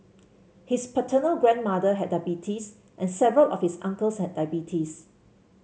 his paternal grandmother had diabetes and several of his uncles had diabetes